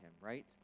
right